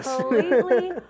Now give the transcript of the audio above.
Completely